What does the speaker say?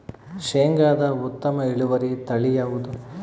ಶೇಂಗಾದ ಉತ್ತಮ ಇಳುವರಿ ತಳಿ ಯಾವುದು?